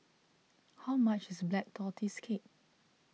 how much is Black Tortoise Cake